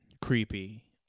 creepy